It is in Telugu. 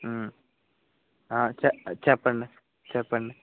చె చెప్పండి చెప్పండి